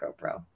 GoPro